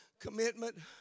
Commitment